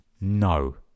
No